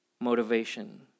motivation